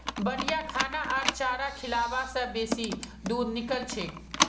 बढ़िया खाना आर चारा खिलाबा से बेसी दूध निकलछेक